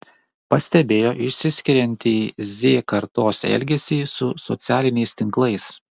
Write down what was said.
pastebėjo išsiskiriantį z kartos elgesį su socialiniais tinklais